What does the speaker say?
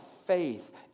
Faith